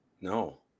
No